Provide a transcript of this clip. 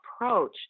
approach